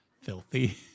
filthy